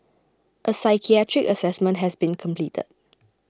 a psychiatric assessment has been completed